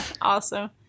Awesome